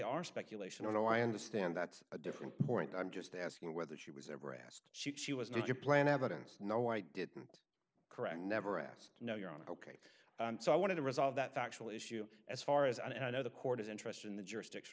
are speculation although i understand that's a different point i'm just asking whether she was ever asked she was due to plant evidence no i didn't correct i never asked you know your own ok so i wanted to resolve that factual issue as far as i know the court is interested in the jurisdiction